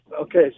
okay